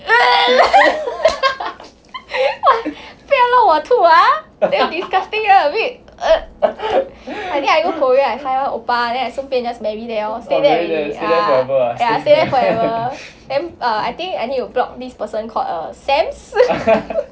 哇不要弄我吐啊不要 disgusting I think I go korea I find one oppa then I 顺便 just marry there lor stay there and marry ya ya stay there forever then err I think I need block this person called sam